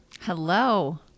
Hello